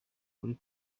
kuri